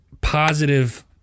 positive